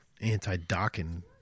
anti-docking